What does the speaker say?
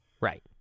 Right